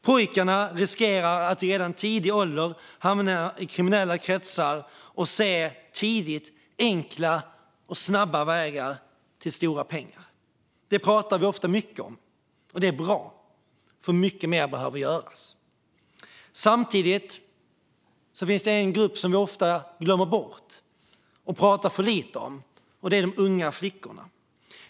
Pojkarna riskerar att redan i tidig ålder hamna i kriminella kretsar och ser tidigt enkla och snabba vägar till stora pengar. Det pratar vi ofta mycket om. Det är bra, för mycket mer behöver göras. Samtidigt finns det en grupp som vi ofta glömmer bort och pratar för lite om. Det är de unga flickorna.